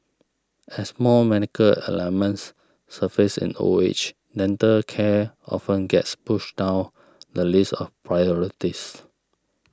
as more medical ailments surface in old age dental care often gets pushed down the list of priorities